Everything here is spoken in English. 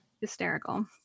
Hysterical